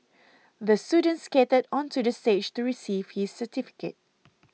the student skated onto the stage to receive his certificate